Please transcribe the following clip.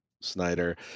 Snyder